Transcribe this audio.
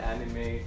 Anime